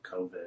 COVID